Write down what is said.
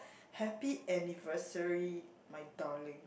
happy anniversary my darling